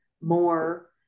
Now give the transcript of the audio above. more